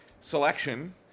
selection